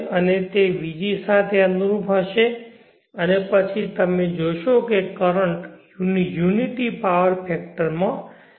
અને તે vg ને અનુરૂપ હશે અને પછી તમે જોશો કે વર્તમાનતા એકતા શક્તિના પરિબળમાં ગ્રીડમાં પમ્પ થયેલ છે